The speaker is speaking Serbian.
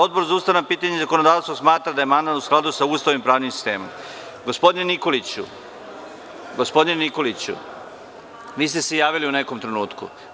Odbor za ustavna pitanja i zakonodavstvo smatra da je amandman u skladu sa Ustavom i pravnim sistemom. (Dejan Nikolić, s mesta: Replika.) Gospodine Nikoliću, vi ste se javili u nekom trenutku.